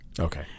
Okay